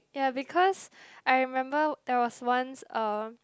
ya because I remember there was once uh